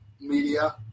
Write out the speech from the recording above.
media